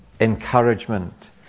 encouragement